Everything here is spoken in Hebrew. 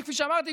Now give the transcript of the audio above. שכפי שאמרתי,